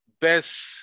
best